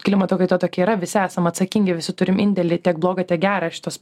klimato kaita tokia yra visi esam atsakingi visi turim indėlį tiek blogą tiek gerą šitos